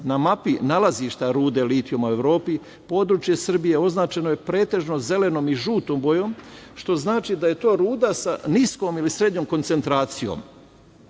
na mapi nalazišta rude litijuma u Evropi područje Srbije označeno je pretežno zelenom i žutom bojom, što znači da je to ruda sa niskom ili srednjom koncentracijom,